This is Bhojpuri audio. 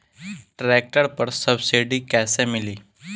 ट्रैक्टर पर सब्सिडी कैसे मिली?